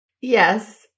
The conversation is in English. Yes